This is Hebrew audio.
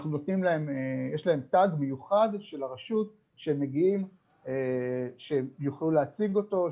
אנחנו נותנים תג מיוחד של הרשות שהם יוכלו להציג אותו,